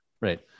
Right